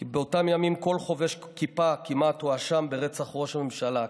כי באותם ימים כמעט כל חובש כיפה הואשם ברצח ראש הממשלה.